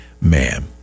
ma'am